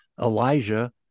Elijah